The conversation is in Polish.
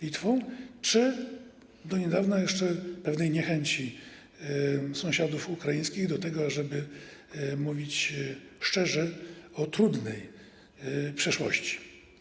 Litwą czy do niedawna jeszcze pewnej niechęci sąsiadów ukraińskich do tego, ażeby mówić szczerze o trudnej przeszłości.